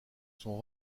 sont